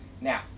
Now